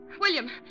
William